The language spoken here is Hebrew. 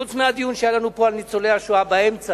חוץ מהדיון שהיה לנו פה על ניצולי השואה באמצע,